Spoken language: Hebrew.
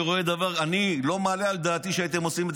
אני לא מעלה על דעתי שהייתם עושים את